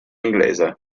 inglese